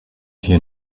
here